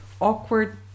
awkward